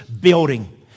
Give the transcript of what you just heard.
Building